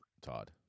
Todd